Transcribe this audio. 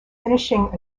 finishing